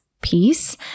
peace